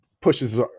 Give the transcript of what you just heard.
pushes